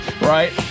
right